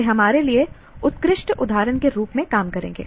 वे हमारे लिए उत्कृष्ट उदाहरण के रूप में काम करेंगे